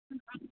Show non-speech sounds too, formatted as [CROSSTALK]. [UNINTELLIGIBLE]